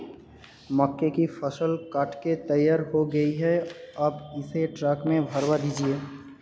मक्के की फसल कट के तैयार हो गई है अब इसे ट्रक में भरवा दीजिए